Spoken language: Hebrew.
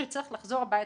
שהוא הצטרך לחזור הביתה,